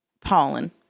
Pollen